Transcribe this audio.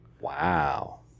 Wow